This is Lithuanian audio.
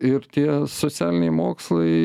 ir tie socialiniai mokslai